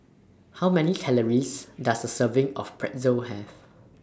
How Many Calories Does A Serving of Pretzel Have